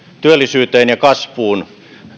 työllisyyteen ja kasvuun